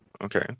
Okay